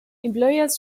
employers